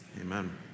amen